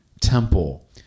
temple